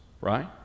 right